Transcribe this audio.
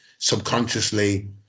subconsciously